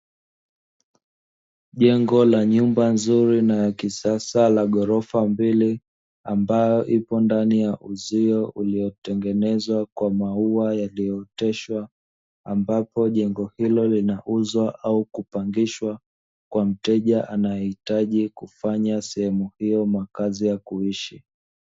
Jengo la nyumba nzuri na ya kisasa la ghorofa mbili ambayo ipo ndani ya uzio uliyotengenezwa kwa maua yaliyooteshwa ambapo jengo hilo linauzwa au kupangishwa kwa mteja anayehitaji kufanya sehemu hiyo makazi ya kuishi.